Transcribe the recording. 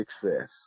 success